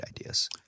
ideas